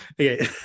Okay